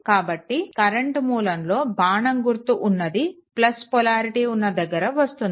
కాబట్టి కరెంట్ మూలంలో బాణం గుర్తు అన్నది పొలారిటీ ఉన్న దగ్గర వస్తుంది